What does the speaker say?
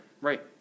right